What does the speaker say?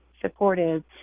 supportive